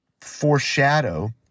foreshadow